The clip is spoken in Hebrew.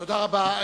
תודה רבה.